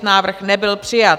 Návrh nebyl přijat.